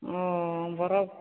ᱳᱚ ᱵᱚᱨᱚᱯ